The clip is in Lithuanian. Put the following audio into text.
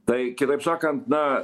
tai kitaip sakant na